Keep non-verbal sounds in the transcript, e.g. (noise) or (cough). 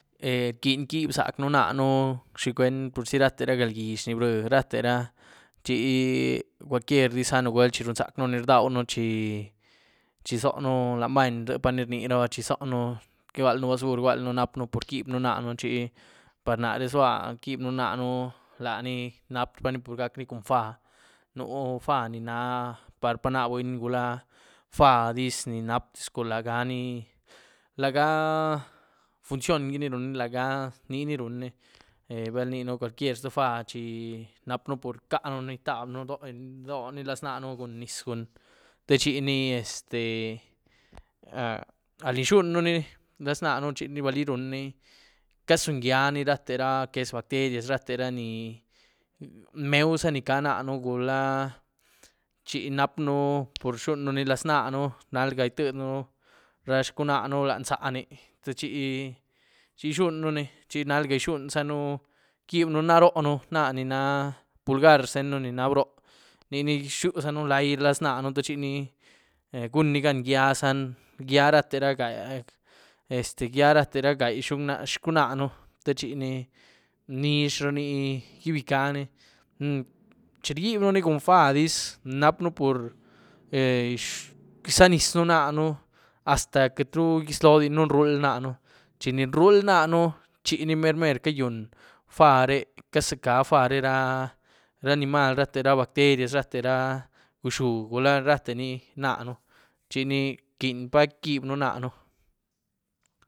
(hesitation) rquieny quiebyën zac'ën náhën ¿xi cuen? Purzi rate ra galgix ni brï rate ra, chi cualquierdiz a nugwuel chi runzac'ën ni rdauën chi chi zooën lanyí bany rïé pá ni rniraba chi zooën igwualën basur igwualën, nap'ën que quiebyën nanú, chi par naré zlua quiebyën nanú, lani nap'a ni pur gac'ni cun faa, nu faa ni ná parpa náah buny, gula faa diz ni nap'dizcu, lagani, lagaa funcion gini run ni, laga ni ruuní, (hesitation) bel inyieën cualquier ztïé faa chi nap'ën que rcaën, itabyën doíni donïé laznaáhën cun nyis techini este (hesitation) al ni izhunynuni laznáahën chini runni cazungyíani rate ra lo que es bacteria, rate ra ni meuú za ni cá naàën gula chi nap'ën pur rzhunyën ni laznáahën, nalgaà it'yiedën ra xcunaàhën lanyì zaní techi izhunynuni chi nalgaà izhunyën zanë, quiebyën naàh róën, na ni na pulgaàr zht'ën ni na broó, nini izyuzanu lai laznáahën te chi gun'ni gan eh gyíaza, gyía rate (unintelligible) (hesitation) este gyía rate ra gai xcunaën techini nizh runi gyibicani. chi rgyibyën cun faa diz nap'ën pur izanyisën naàën hasta queityru izloódinu nruul náahën, chi ni nruul náahën chini mer mer cagyún faa ré, casaca faa ré ra-ra nímahl, ra bacterias, rate ra guxu gula rate ni náahën chini rquienypa quiebyën náahën.